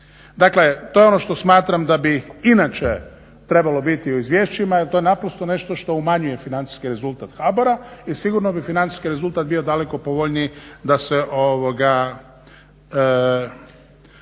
Dakle, to je ono što smatram da bi inače trebalo biti u izvješćima jer to je naprosto nešto što umanjuje financijski rezultat HBOR-a i sigurno bi financijski rezultat bio daleko povoljniji da se